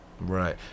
Right